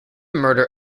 murder